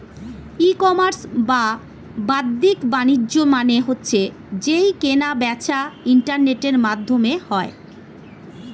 ই commerce বা বাদ্দিক বাণিজ্য মানে হচ্ছে যেই কেনা বেচা ইন্টারনেটের মাধ্যমে হয়